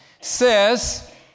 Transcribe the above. says